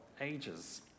ages